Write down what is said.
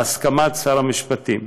בהסכמת שר המשפטים.